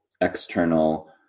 external